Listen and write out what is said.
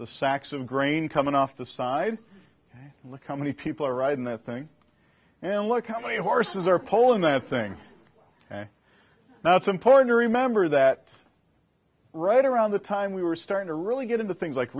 the sacks of grain coming off the side and look how many people are riding that thing and look how many horses are pole in that thing now it's important to remember that right around the time we were starting to really get into things like